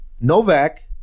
Novak